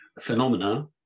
Phenomena